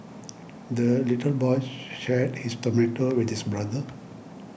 the little boy shared his tomato with his brother